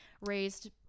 raised